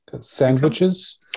sandwiches